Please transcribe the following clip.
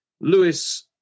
Lewis